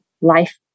life